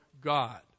God